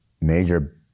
major